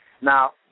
Now